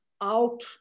out